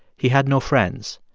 he had no friends.